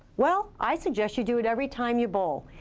well, i suggest you do it every time you bowl.